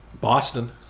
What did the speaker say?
Boston